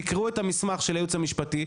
תקראו את המסמך של היועץ המשפטי,